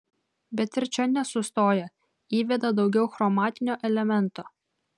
bet ir čia nesustoja įveda daugiau chromatinio elemento